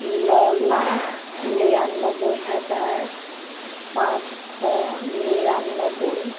ন লাখ নিৰান্নবৈ হাজাৰ পাঁচশ নিৰান্নবৈ